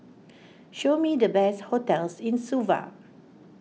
show me the best hotels in Suva